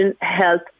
health